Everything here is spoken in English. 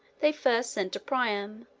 they first sent to priam,